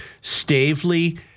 Stavely